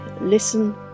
listen